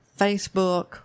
Facebook